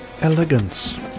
Elegance